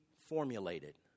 formulated